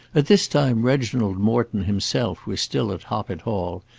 at this time reginald morton himself was still at hoppet hall,